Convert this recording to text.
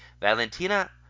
Valentina